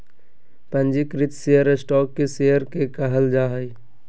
पंजीकृत share stock के share के कहल जा हइ